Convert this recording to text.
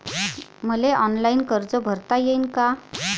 मले ऑनलाईन कर्ज भरता येईन का?